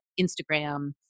Instagram